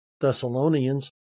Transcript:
Thessalonians